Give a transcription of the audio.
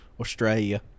Australia